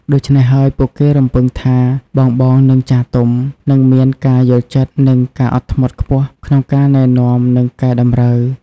ដូច្នេះហើយពួកគេរំពឹងថាបងៗ និងចាស់ទុំ នឹងមាន ការយល់ចិត្ត និង ការអត់ធ្មត់ខ្ពស់ ក្នុងការណែនាំ និងកែតម្រូវ។